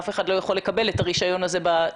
אף אחד לא יכול לקבל את הרישיון הזה בתקופה